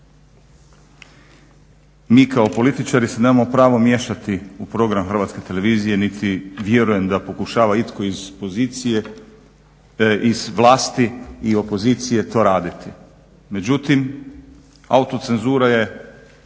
Mi kao političari se nemamo pravo miješati u program Hrvatske televizije niti vjerujem da pokušava itko iz pozicije, iz vlasti i opozicije to raditi. Međutim, autocenzura je,